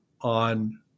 on